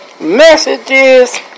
messages